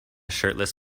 shirtless